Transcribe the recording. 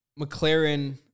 McLaren